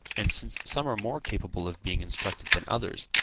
and since some are more capable of being instructed than others,